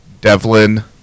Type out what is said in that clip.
Devlin